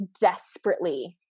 desperately